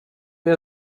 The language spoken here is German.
wir